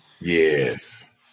Yes